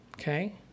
okay